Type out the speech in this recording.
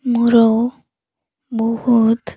ମୋର ବହୁତ